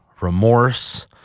remorse